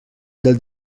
del